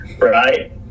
Right